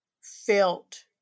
felt